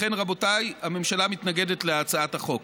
לכן רבותיי, הממשלה מתנגדת להצעת החוק.